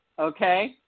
okay